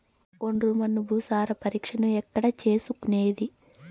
ఒండ్రు మన్ను భూసారం పరీక్షను ఎక్కడ చేసుకునేది?